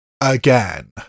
again